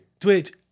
Twitch